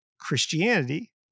Christianity